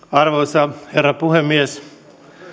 arvoisa herra puhemies